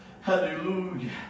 Hallelujah